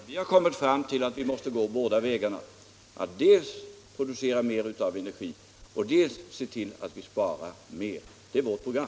Herr talman! Vi har kommit fram till att vi måste gå båda vägarna - dels producera mer energi, dels spara mer. Det är vårt program.